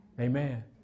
Amen